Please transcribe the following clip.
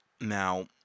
Now